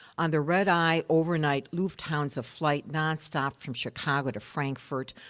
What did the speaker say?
on the red-eye overnight lufthansa flight nonstop from chicago to frankfurt,